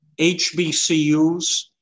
HBCUs